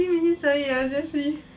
oh okay I can ask you